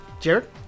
Jared